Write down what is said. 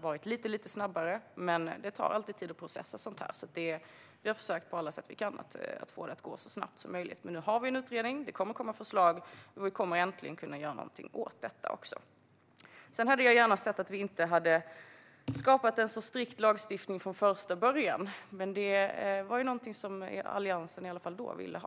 vara lite snabbare, men det tar alltid tid att processa sådant här. Vi har försökt på alla sätt vi kan att få det att gå så snabbt som möjligt. Nu har vi dock en utredning. Det kommer att komma förslag, och vi kommer äntligen att kunna göra någonting åt detta. Jag hade gärna sett att vi inte hade skapat en så strikt lagstiftning från första början, men det var ju någonting som Alliansen, i alla fall då, ville ha.